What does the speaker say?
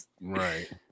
Right